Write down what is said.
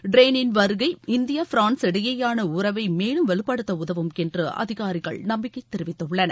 ட்ரியளின் வருகை India France இடையேயான உறவை மேலும் வலுப்படுத்த உதவும் என்று அதிகாரிகள் நம்பிக்கை தெரிவித்துள்ளனர்